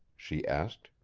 she asked.